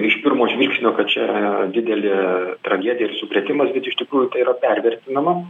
iš pirmo žvilgsnio kad čia didelė tragedija ir sukrėtimas bet iš tikrųjų tai yra pervertinama